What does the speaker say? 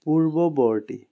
পূৰ্ৱবৰ্তী